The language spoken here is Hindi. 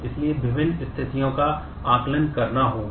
इसलिए विभिन्न स्थितियों का आकलन करना होगा